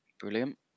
Brilliant